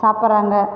சாப்பிறாங்க